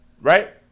Right